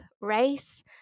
race